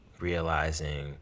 realizing